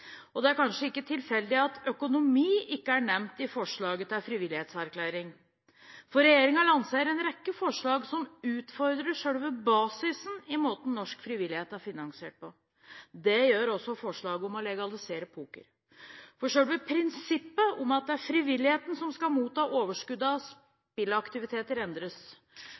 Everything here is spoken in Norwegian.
Det er kanskje ikke tilfeldig at «økonomi» ikke er nevnt i forslaget til frivillighetserklæring, for regjeringen lanserer en rekke forslag som utfordrer selve basisen i måten norsk frivillighet er finansiert på. Det gjør også lovforslaget om å legalisere poker, for selve prinsippet om at det er frivilligheten som skal motta overskuddet av spilleaktiviteter, endres.